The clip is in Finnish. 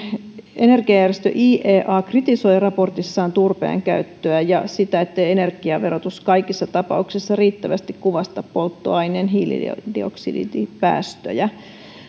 energiajärjestö iea kritisoi raportissaan turpeen käyttöä ja sitä ettei energiaverotus kaikissa tapauksessa riittävästi kuvasta polttoaineen hiilidioksidipäästöjä